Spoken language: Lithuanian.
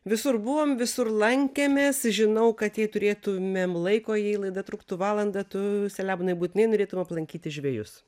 visur buvom visur lankėmės žinau kad jei turėtumėm laiko jei laida truktų valandą tu saliamonai būtinai norėtum aplankyti žvejus